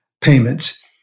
payments